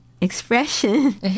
expression